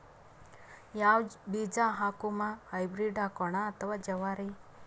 ಯಾವ ಬೀಜ ಹಾಕುಮ, ಹೈಬ್ರಿಡ್ ಹಾಕೋಣ ಅಥವಾ ಜವಾರಿ?